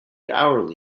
hourly